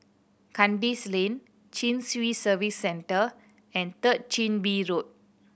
Kandis Lane Chin Swee Service Centre and Third Chin Bee Road